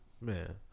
Man